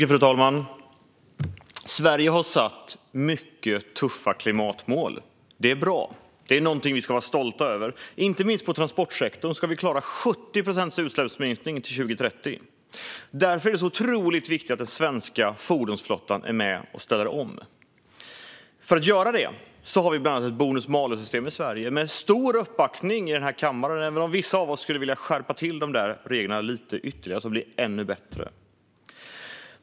Fru talman! Sverige har satt upp mycket tuffa klimatmål. Det är bra, och det är någonting som vi ska vara stolta över. Inte minst inom transportsektorn ska man klara 70 procents utsläppsminskning till 2030. Därför är det så otroligt viktigt att den svenska fordonsflottan är med och ställer om. För att göra detta har vi bland annat ett bonus-malus-system i Sverige med stor uppbackning i denna kammare - även om vissa av oss skulle vilja skärpa reglerna ytterligare så att de blir ännu bättre.